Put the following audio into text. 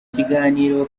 kiganiro